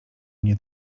mnie